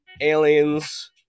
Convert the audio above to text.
aliens